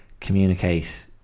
communicate